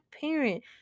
parent